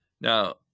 Now